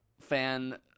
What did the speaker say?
fan